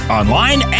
online